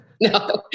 No